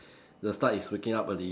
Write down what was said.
the start is waking up early